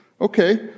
Okay